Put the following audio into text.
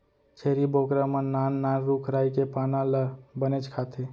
छेरी बोकरा मन नान नान रूख राई के पाना ल बनेच खाथें